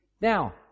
Now